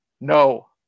no